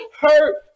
hurt